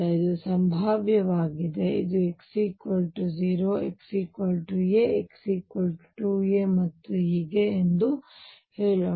ಇದು ಸಂಭಾವ್ಯವಾಗಿದೆ ಇದು x 0 x a x 2a ಮತ್ತು ಹೀಗೆ ಎಂದು ಹೇಳೋಣ